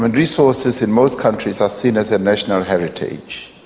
and resources in most countries are seen as a national heritage,